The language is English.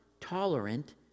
tolerant